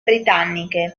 britanniche